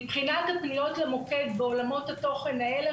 מבחינת הפניות למוקד בעולמות התוכן האלה